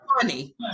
funny